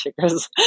sugars